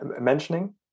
mentioning